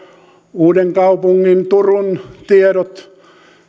uudenkaupungin ja turun tiedot